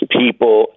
people